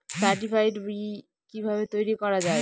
Certified বি কিভাবে তৈরি করা যায়?